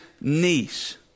niece